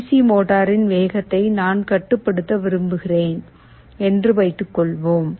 D C மோட்டரின் வேகத்தை நான் கட்டுப்படுத்த விரும்புகிறேன் என்று வைத்துக்கொள்வோம்